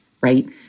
right